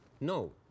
no